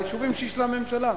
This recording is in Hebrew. ליישובים שיש, לממשלה.